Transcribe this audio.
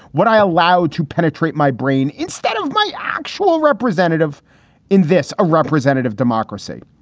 what i allowed to penetrate my brain instead of my actual representative in this a representative democracy.